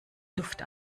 luft